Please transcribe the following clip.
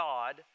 God